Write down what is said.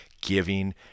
giving